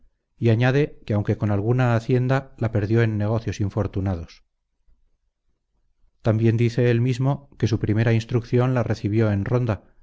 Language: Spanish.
y añade que aunque con alguna hacienda la perdió en negocios infortunados también dice él mismo que su primera instrucción la recibió en ronda